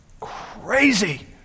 crazy